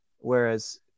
Whereas